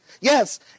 Yes